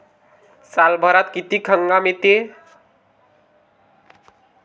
सालभरात किती हंगाम येते?